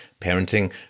Parenting